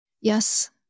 yes